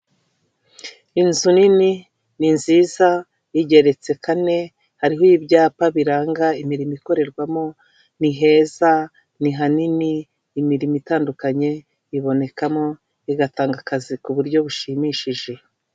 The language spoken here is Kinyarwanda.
Inzu nini ni nziza igeretse kane hariho ibyapa biranga imirimo ikorerwamo niheza, ni hanini, imirimo itandukanye ibonekamo igatanga akazi ku buryo bushimishije.